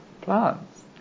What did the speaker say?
plants